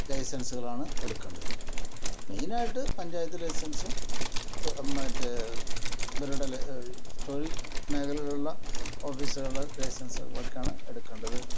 ലൈസൻസുകൾ ആണ് എടുക്കേണ്ടത് മെയിൻ ആയിട്ട് പഞ്ചായത്തിലെ ലൈസൻസും മറ്റേ ഇവരുടെ തൊഴിൽ മേഖലയിലുള്ള ഓഫീസുകളെ ലൈസൻസുകൾ ഒക്കെയാണ് എടുക്കേണ്ടത്